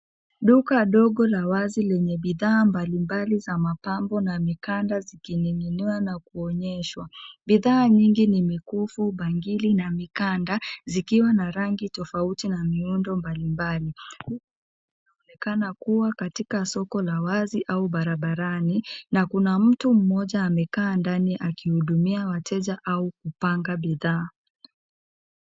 Duka ndogo la wazi lenye bidhaa mbalimbali za mapambo na mikanda zikininginia na kuonyeshwa. Bidhaa nyingi nimekufu, bangili na mikanda zikiwa na rangi tofauti na miundo mbalimbali. Kukionekana kuwa katika soko la wazi au barabarani na kuna mtu mmoja amekaa ndani akihudumia wateja au kupanga bidhaa.